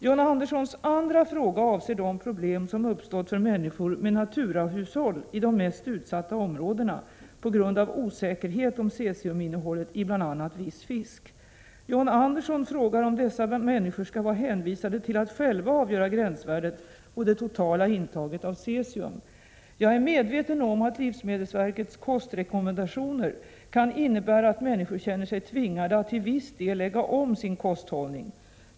John Anderssons andra fråga avser de problem som uppstått för människor med naturahushåll i de mest utsatta områdena på grund av osäkerhet om cesiuminnehållet, i bl.a. viss fisk. John Andersson frågar om dessa människor skall vara hänvisade till att själva avgöra gränsvärdet och det totala intaget av cesium. Jag är medveten om att livsmedelsverkets kostrekommendationer kan innebära att människor känner sig tvingade att till viss del lägga om sin kosthållning.